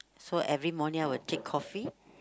so every morning I will take coffee